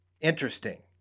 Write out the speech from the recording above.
interesting